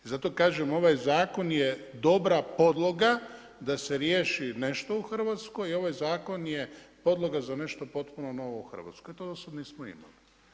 I zato kažem, ovaj zakon je dobra podloga da se riješi nešto u Hrvatskoj, i ovaj zakon je podloga za nešto potpuno novo u Hrvatskoj, to do sad nismo imali.